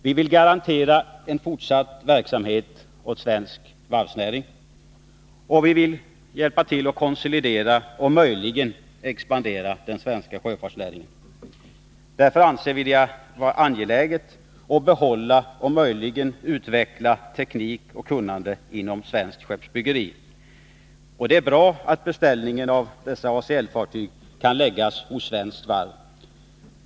Vi vill garantera fortsatt verksamhet för svensk varvsnäring, och vi vill hjälpa till att konsolidera och om möjligt expandera den svenska sjöfartsnäringen. Därför anser vi det angeläget att behålla och möjligen utveckla teknik och kunnande inom svenskt skeppsbyggeri. Det är bra att beställningen av dessa ACL-fartyg kan läggas hos ett svenskt varv.